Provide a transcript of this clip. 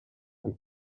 and